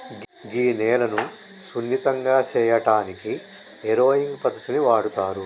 గీ నేలను సున్నితంగా సేయటానికి ఏరోయింగ్ పద్దతిని వాడుతారు